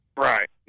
Right